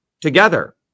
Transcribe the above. together